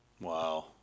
Wow